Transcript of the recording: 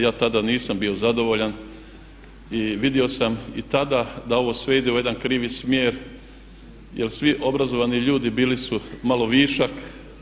Ja tada nisam bio zadovoljan i vidio sam i tada da ovo sve ide u jedan krivi smjer jel svi obrazovani ljudi bili su malo višak.